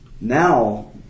now